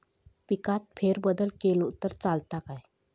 पिकात फेरबदल केलो तर चालत काय?